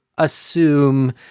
assume